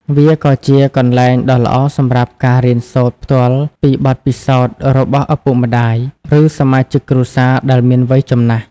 វាក៏ជាកន្លែងដ៏ល្អសម្រាប់ការរៀនសូត្រផ្ទាល់ពីបទពិសោធន៍របស់ឪពុកម្ដាយ ឬសមាជិកគ្រួសារដែលមានវ័យចំណាស់។